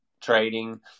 trading